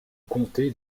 comté